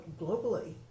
globally